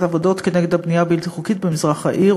עבודות כנגד הבנייה הבלתי-חוקית במזרח העיר.